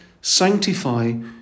sanctify